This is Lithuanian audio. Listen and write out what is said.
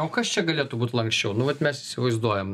o kas čia galėtų būt lanksčiau nu vat mes įsivaizduojam